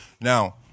now